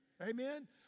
Amen